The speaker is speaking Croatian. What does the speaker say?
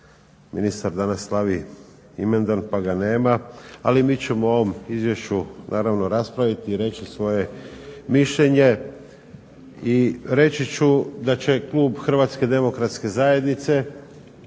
ministar danas slavi imendan pa ga nema, ali mi ćemo ovom Izvješću naravno raspraviti i reći svoje mišljenje. I reći ću da će klub HDZ-a podržati